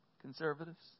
conservatives